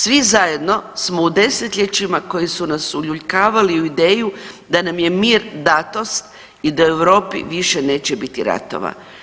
Svi zajedno smo u desetljećima koji su nas uljuljkavali u ideju da nam je mir datost i da u Europi više neće biti ratova.